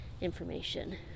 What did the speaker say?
information